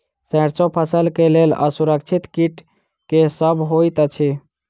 सैरसो फसल केँ लेल असुरक्षित कीट केँ सब होइत अछि?